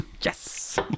Yes